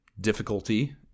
difficulty